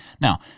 Now